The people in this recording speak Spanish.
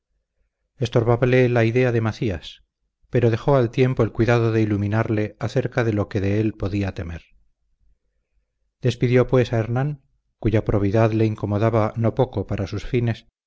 estorbábale la idea de macías pero dejó al tiempo el cuidado de iluminarle acerca de lo que de él podía temer despidió pues a hernán cuya probidad le incomodaba no poco para sus fines